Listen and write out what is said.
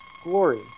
glory